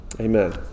Amen